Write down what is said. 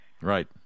Right